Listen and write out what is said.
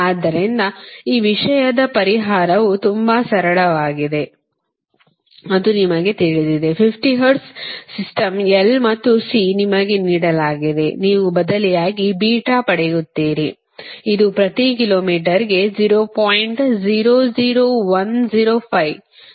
ಆದ್ದರಿಂದ ಈ ವಿಷಯದ ಪರಿಹಾರವು ತುಂಬಾ ಸರಳವಾಗಿದೆ ಅದು ನಿಮಗೆ ತಿಳಿದಿದೆ 50 ಹರ್ಟ್ಜ್ ಸಿಸ್ಟಮ್ L ಮತ್ತು C ನಿಮಗೆ ನೀಡಲಾಗಿದೆ ನೀವು ಬದಲಿಯಾಗಿ ಬೀಟಾ ಪಡೆಯುತ್ತೀರಿ ಇದು ಪ್ರತಿ ಕಿಲೋ ಮೀಟರ್ಗೆ 0